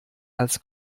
als